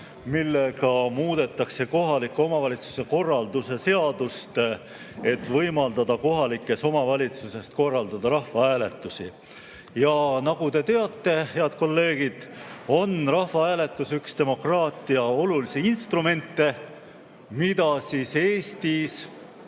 millega muudetakse kohaliku omavalitsuse korralduse seadust, et võimaldada kohalikes omavalitsustes korraldada rahvahääletusi. Nagu te teate, head kolleegid, on rahvahääletus üks demokraatia olulisi instrumente, mida Eestis